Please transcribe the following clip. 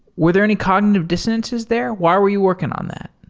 were there any cognitive dissonances there? why were you working on that?